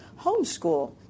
homeschool